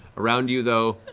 around you, though,